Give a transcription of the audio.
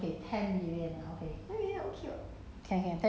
orh !hey! 我以为我以为你是说 one million